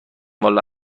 والا